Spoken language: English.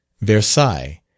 Versailles